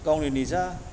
गावनि निजा